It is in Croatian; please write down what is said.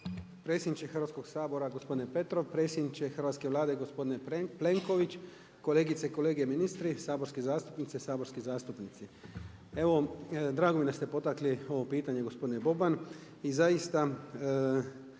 Predsjedniče Hrvatskoga sabora, gospodine Petrov, predsjedniče hrvatske Vlade gospodine Plenković, kolegice i kolege ministri, saborske zastupnice i saborski zastupnici. Evo, drago mi je da ste potakli ovo pitanje gospodine Boban. I zaista